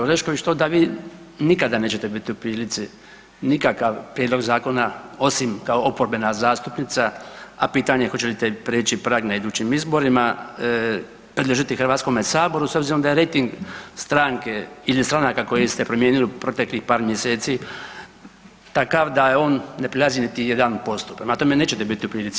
Orešković, to da vi nikada nećete biti u prilici nikakav prijedlog zakona osim kao oporbena zastupnica, a pitanje je hoćete li prijeći prag na idućim izborima, predložiti HS s obzirom da je rejting stranke ili stranaka koje ste promijenili u proteklih par mjeseci takav da on ne prelazi niti 1%, prema tome nećete biti u prilici.